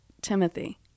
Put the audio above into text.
Timothy